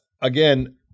again